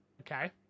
Okay